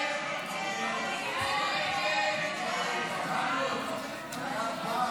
הסתייגות 20 לא נתקבלה.